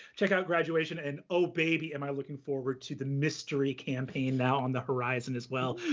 check out graduation, and, oh, baby, am i looking forward to the mystery campaign now on the horizon as well.